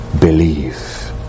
believe